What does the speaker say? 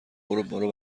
برو، برو